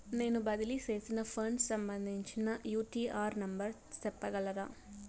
నేను బదిలీ సేసిన ఫండ్స్ సంబంధించిన యూ.టీ.ఆర్ నెంబర్ సెప్పగలరా